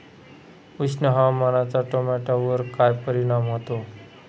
उष्ण हवामानाचा टोमॅटोवर काय परिणाम होतो?